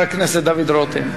חבר הכנסת דוד רותם.